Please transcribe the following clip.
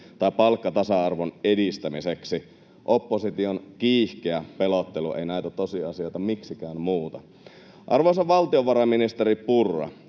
tai palkkatasa-arvon edistämiseksi. Opposition kiihkeä pelottelu ei näitä tosiasioita miksikään muuta. Arvoisa valtiovarainministeri Purra,